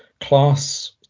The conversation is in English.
class